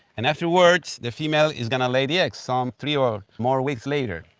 and afterwards the female is going to lay the eggs some three or more weeks later.